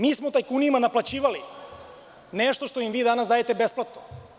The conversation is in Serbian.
Mi smo tajkunima naplaćivali nešto što im vi danas dajete besplatno.